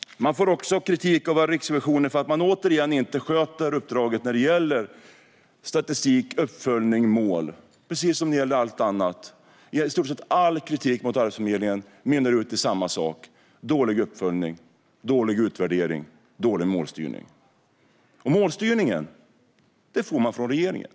Man får också kritik av Riksrevisionen för att man återigen inte sköter uppdraget vad gäller statistik, uppföljning och mål, precis som när det gäller allt annat. I stort sett all kritik mot Arbetsförmedlingen mynnar ut i samma sak: dålig uppföljning, dålig utvärdering och dålig målstyrning. Och målstyrningen får man från regeringen.